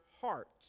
hearts